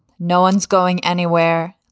no one's going anywhere.